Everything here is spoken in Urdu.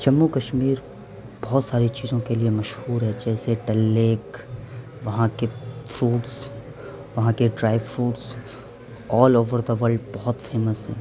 جموں کشمیر بہت ساری چیزوں کے لیے مشہور ہے جیسے ڈل لیک وہاں کے فوڈز وہاں کے dry fruits all over the world بہت فیمس ہیں